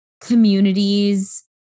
communities